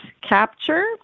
Capture